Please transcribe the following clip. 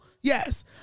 Yes